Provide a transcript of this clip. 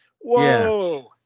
Whoa